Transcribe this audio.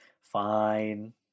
Fine